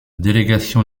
délégation